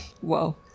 Whoa